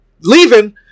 leaving